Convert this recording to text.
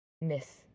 miss